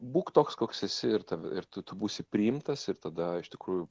būk toks koks esi ir ir tu tu būsi priimtas ir tada iš tikrųjų